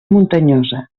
muntanyosa